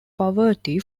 poverty